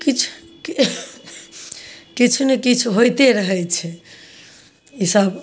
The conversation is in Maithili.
किछु किछु ने किछु होइते रहै छै इसब